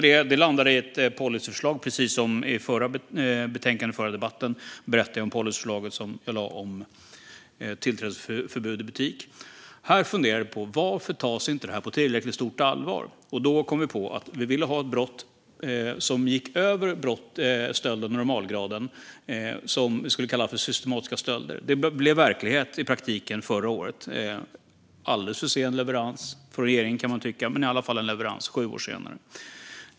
Detta landade i ett policyförslag - i förra debatten berättade jag om policyförslaget som jag lade om tillträdesförbud i butik - efter att vi funderat på varför sådant här inte tas på tillräckligt stort allvar. Då kom vi på att vi ville ha ett brott som gick över brottet stöld av normalgraden och som vi skulle kalla för systematiska stölder. Det blev verklighet under förra året. Det var en alldeles för sen leverans från regeringen, kan man tycka, men det blev i alla fall en leverans sju år senare.